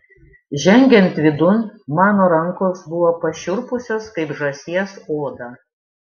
žengiant vidun mano rankos buvo pašiurpusios kaip žąsies oda